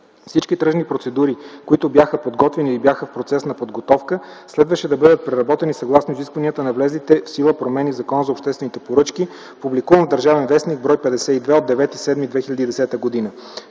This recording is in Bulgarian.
Всички тръжни процедури, които бяха подготвени или бяха в процес на подготовка, следваше да бъдат преработени, съгласно изискванията на влезлите в сила промени в Закона за обществените поръчки, публикуван в “Държавен вестник”, бр. 52 от 09.07.2010